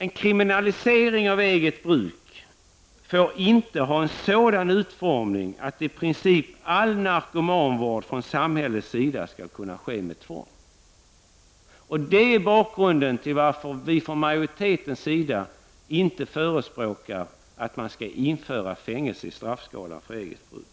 En kriminalisering av eget bruk av narkotika får inte vara av det slaget att i princip all narkotikavård från samhället skall ske med tvång. Det är anledningen till att utskottsmajoriteten inte förespråkar införande av fängelse i straffskalan vid eget bruk av narkotika.